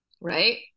Right